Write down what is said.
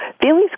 feelings